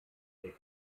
der